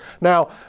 Now